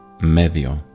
medio